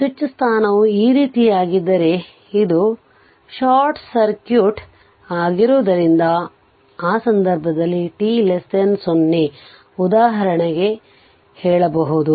switch ಸ್ಥಾನವು ಈ ರೀತಿಯಾಗಿದ್ದರೆ ಅದು ಶಾರ್ಟ್ ಸರ್ಕ್ಯೂಟ್ ಆಗಿರುವುದರಿಂದ ಆ ಸಂದರ್ಭದಲ್ಲಿ t 0 ಉದಾಹರಣೆಗೆ ಹೇಳಬಹುದು